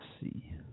see